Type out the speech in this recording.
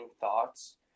thoughts